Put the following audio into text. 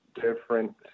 different